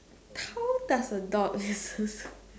how does a dog